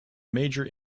major